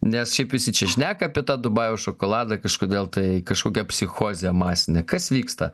nes šiaip visi čia šneka apie tą dubajaus šokoladą kažkodėl tai kažkokia psichozė masinė kas vyksta